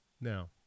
Now